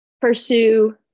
pursue